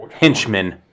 henchmen